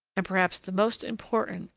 and perhaps the most important,